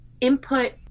input